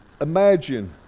Imagine